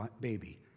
baby